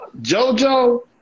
JoJo